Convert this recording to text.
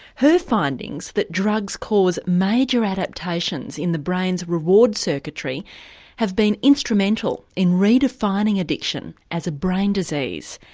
her findings that drugs cause major adaptations in the brain's reward circuitry have been instrumental in redefining addiction as a brain disease.